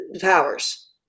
powers